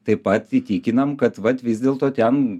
taip pat įtikinam kad vat vis dėlto ten